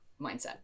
mindset